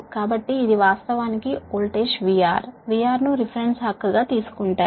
కాబట్టి ఇది వాస్తవానికి వోల్టేజ్ VR VR ను రిఫరెన్స్ గా తీసుకుంటారు